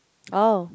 oh